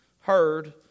heard